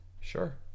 Sure